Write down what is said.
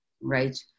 right